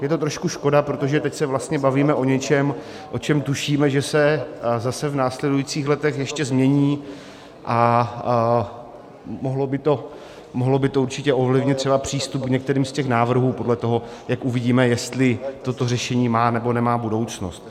Je to trošku škoda, protože teď se vlastně bavíme o něčem, o čem tušíme, že se zase v následujících letech ještě změní, a mohlo by to určitě ovlivnit třeba přístup k některým z těch návrhů podle toho, jak uvidíme, jestli toto řešení má, nebo nemá budoucnost.